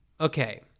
okay